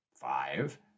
Five